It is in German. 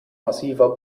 massiver